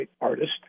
artist